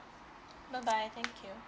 bye bye thank you